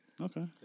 Okay